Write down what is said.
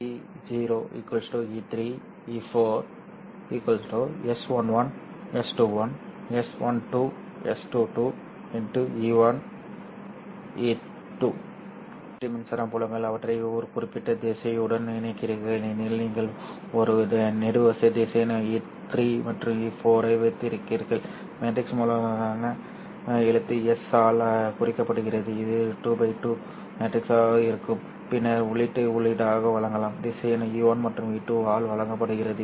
வெளியீட்டு துறைமுகங்கள் உள்ளீட்டு மின்சார புலங்களுடன் நேர்கோட்டுடன் தொடர்புடையவை வெளியீட்டு மின்சார புலங்கள் அவற்றை ஒரு குறிப்பிட்ட திசையனுடன் இணைக்கிறீர்கள் எனில் நீங்கள் ஒரு நெடுவரிசை திசையன் E3 மற்றும் E4 ஐ வைத்திருக்கிறீர்கள் மேட்ரிக்ஸ் மூலதன எழுத்து S ஆல் குறிக்கப்படுகிறது இது 2 x 2 மேட்ரிக்ஸாக இருக்கும் பின்னர் உள்ளீட்டை உள்ளீடாக வழங்கலாம் திசையன் E1 மற்றும் E2 ஆல் வழங்கப்படுகிறது